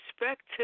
Respect